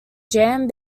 jam